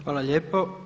Hvala lijepo.